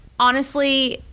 honestly,